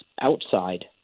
outside